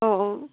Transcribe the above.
অঁ অঁ